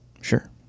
sure